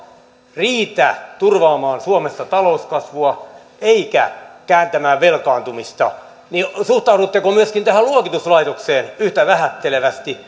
riitä turvaamaan suomessa talouskasvua eivätkä kääntämään velkaantumista niin suhtaudutteko myös tähän luokituslaitokseen yhtä vähättelevästi